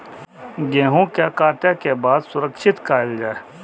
गेहूँ के काटे के बाद सुरक्षित कायल जाय?